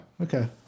Okay